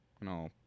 No